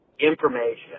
information